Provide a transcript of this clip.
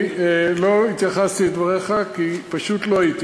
אני לא התייחסתי לדבריך כי פשוט לא הייתי.